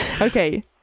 Okay